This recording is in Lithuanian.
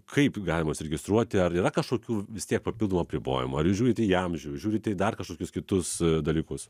kaip galima užsiregistruoti ar yra kažkokių vis tiek papildomų apribojimų ar jūs žiūrit į amžių žiūrite į dar kažkokius kitus dalykus